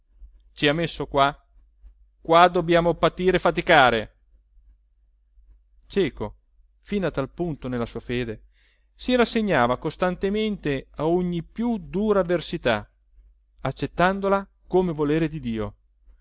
ci ha messo qua qua dobbiamo patire e faticare cieco fino a tal punto nella sua fede si rassegnava costantemente a ogni più dura avversità accettandola come volere di dio